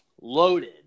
loaded